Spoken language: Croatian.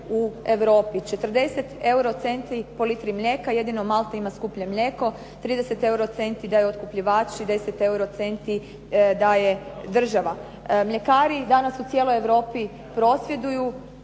u Europi, 40 euro centi po litri mlijeka, jedino Malta ima skuplje mlijeko, 30 euro centi daju otkupljivači, 10 euro centi daje država. Mljekari danas u cijeloj Europi prosvjeduju,